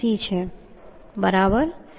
86 છે બરાબર